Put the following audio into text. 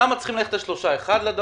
לשם צריכים ללכת שלושת המכשירים אחד לצפון,